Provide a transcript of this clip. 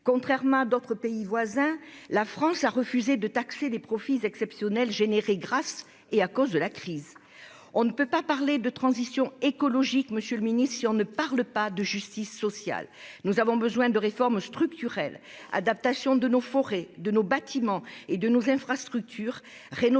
Contrairement à d'autres pays voisins, la France a refusé de taxer les profits exceptionnels suscités grâce et à cause de la crise. Monsieur le ministre, on ne peut pas parler de transition écologique si l'on ne parle pas de justice sociale ! Nous avons besoin de réformes structurelles : adaptation de nos forêts, de nos bâtiments et de nos infrastructures, rénovation